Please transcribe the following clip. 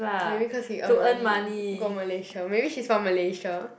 maybe cause he earn money go Malaysia maybe she's from Malaysia